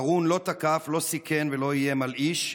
הארון לא תקף, לא סיכן ולא איים על איש,